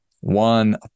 one